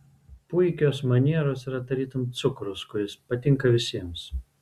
puikios manieros yra tarytum cukrus kuris patinka visiems